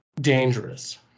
dangerous